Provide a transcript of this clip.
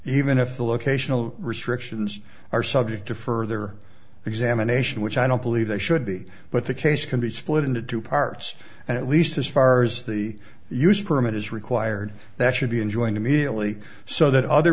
even if the locational restrictions are subject to further examination which i don't believe they should be but the case can be split into two parts and at least as far as the use permit is required that should be enjoined immediately so that other